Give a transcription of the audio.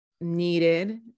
needed